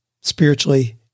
spiritually